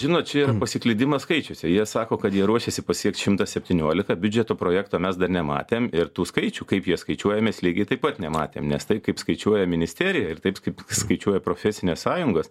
žinot čia yra pasiklydimas skaičiuose jie sako kad jie ruošiasi pasiekt šimtą septyniolika biudžeto projekto mes dar nematėm ir tų skaičių kaip jie skaičiuoja mes lygiai taip pat nematėm nes tai kaip skaičiuoja ministerija ir taip kaip skaičiuoja profesinės sąjungos